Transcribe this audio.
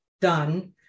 done